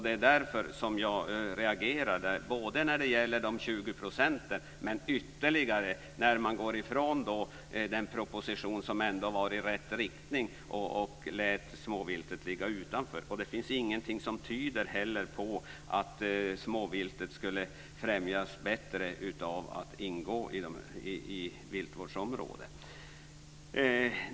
Det är därför som jag reagerar både på de 20 procenten och, ytterligare, på att man går ifrån den proposition som ändå var i rätt riktning och lät småviltet ligga utanför. Det finns inte heller något som tyder på att småviltet skulle främjas bättre av att ingå i ett viltvårdsområde.